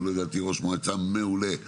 שהוא לדעתי ראש מועצה מעולה ומצוין,